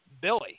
Billy